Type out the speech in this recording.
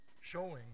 showing